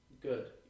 good